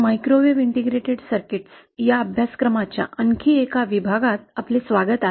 microwave integrated circuits या अभ्यासक्रमा च्या आणखी एका विभागात आपले स्वागत आहे